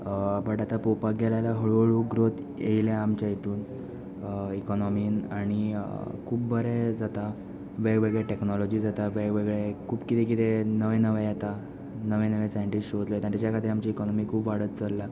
but आतां पळोवपाक गेले आल्या हळू हळू ग्रोत येयल्या आमच्या हितून इकनॉमीन आनी खूब बरें जाता वेगळे वेगळे टॅक्नोलॉजीस येता वेगळे वेगळे खूब किदें किदें नवें नवें येता नवे नवे सायंटीश शोद लायता आनी तेज्या खातीर आमची इकनॉमी खूब वाडत चल्ला